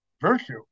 virtue